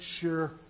sure